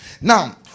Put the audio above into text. now